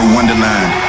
Wonderland